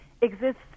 exists